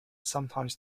sometimes